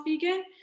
vegan